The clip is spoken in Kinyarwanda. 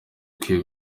ikwiye